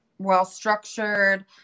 well-structured